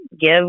give